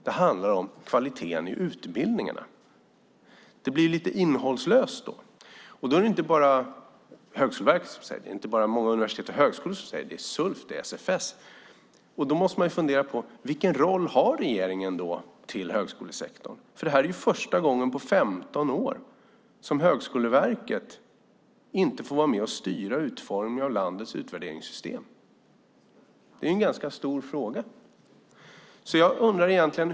Det handlar om kvaliteten i utbildningarna. Det blir lite innehållslöst. Det är inte bara Högskoleverket som säger det och många universitet och högskolor, utan det är Sulf och SFS. Vilken roll har regeringen till högskolesektorn? Det är första gången på 15 år som Högskoleverket inte får vara med och styra utformningen av landets utvärderingssystem. Det är en stor fråga.